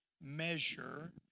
measure